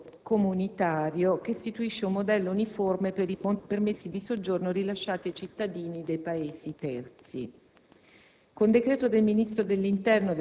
da un Regolamento comunitario che istituisce un modello uniforme per i permessi di soggiorno rilasciati ai cittadini dei Paesi terzi.